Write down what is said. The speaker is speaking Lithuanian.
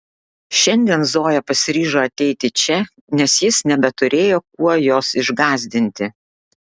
šiandien zoja pasiryžo ateiti čia nes jis nebeturėjo kuo jos išgąsdinti